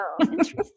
interesting